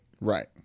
Right